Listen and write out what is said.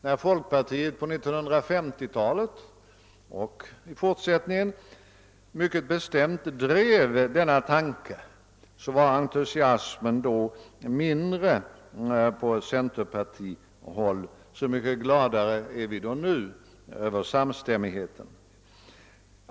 När folkpartiet på 1950-talet och även därefter mycket bestämt drev denna tanke var entusiasmen mindre på centerpartihåll. Så mycket gladare är vi nu över samstämmigheten.